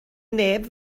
neb